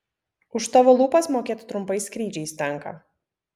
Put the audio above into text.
už tavo lūpas mokėt trumpais skrydžiais tenka